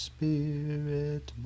Spirit